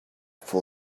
full